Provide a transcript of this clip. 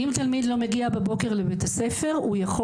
אם תלמיד לא מגיע בבוקר לבית הספר הוא יכול